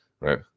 right